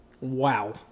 wow